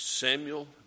Samuel